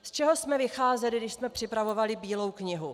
Z čeho jsme vycházeli, když jsme připravovali Bílou knihu?